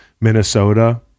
minnesota